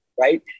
right